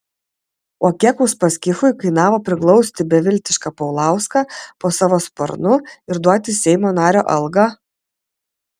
o kiek uspaskichui kainavo priglausti beviltišką paulauską po savo sparnu ir duoti seimo nario algą